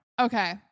Okay